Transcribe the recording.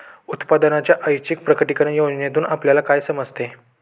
उत्पन्नाच्या ऐच्छिक प्रकटीकरण योजनेतून आपल्याला काय समजते?